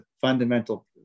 fundamental